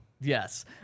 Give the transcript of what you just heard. Yes